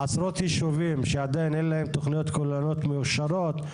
עשרות ישובים שעדיין אין להם תכניות כוללניות מאושרות.